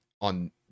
on